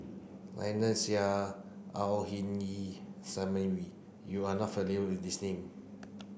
Lynnette Seah Au Hing Yee Simon Wee you are not familiar with these name